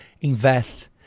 invest